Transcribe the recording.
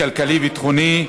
הכלכלי וביטחוני.